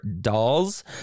dolls